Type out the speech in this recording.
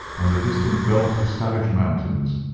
and the distant belt of savage mountains,